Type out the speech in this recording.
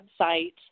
website